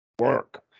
work